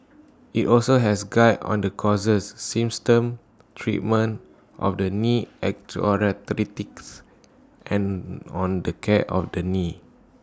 IT also has Guides on the causes symptoms treatment of knee osteoarthritis and on the care of the knee